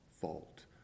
fault